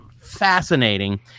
fascinating